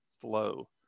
flow